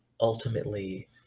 ultimately